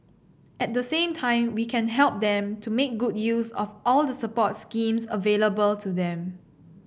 at the same time we can help them to make good use of all the support schemes available to them